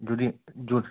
যদি জোর